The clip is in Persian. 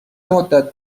مدّت